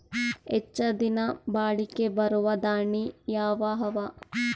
ಹೆಚ್ಚ ದಿನಾ ಬಾಳಿಕೆ ಬರಾವ ದಾಣಿಯಾವ ಅವಾ?